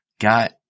got